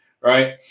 Right